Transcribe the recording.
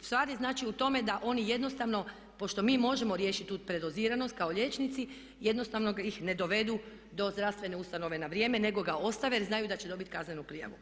ustvari znači u tome da oni jednostavno pošto mi možemo riješiti tu predoziranost kao liječnici jednostavno ih ne dovedu do zdravstvene ustanove na vrijeme nego ga ostave jer znaju da će dobiti kaznenu prijavu.